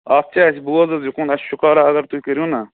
اَتھ چھِ اَسہِ بوز حظ یہِ کُن اَسہِ شُکارا اگر تُہۍ کٔرِو نا